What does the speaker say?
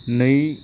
नै